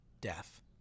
death